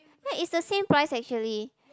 ya is the same price actually